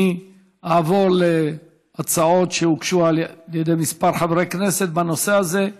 אני אעבור להצעות שהגישו כמה חברי כנסת בנושא הזה.